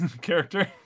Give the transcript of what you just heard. character